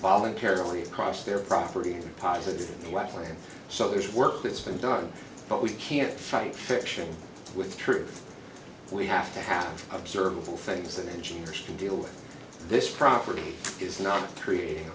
voluntarily cross their property positive in the left lane so there's work that's been done but we can't fight fiction with truth we have to have observable things that engineers can deal with this property is not creating